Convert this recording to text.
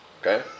Okay